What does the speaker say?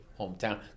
hometown